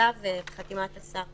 בכתב ובחתימת השר מיד אחרי.